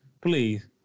please